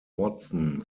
watson